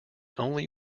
only